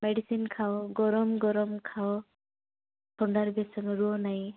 medicine ଖାଅ ଗରମ ଗରମ ଖାଅ ଥଣ୍ଡାରେ ବେଶୀ ସମୟ ରୁହ ନାହିଁ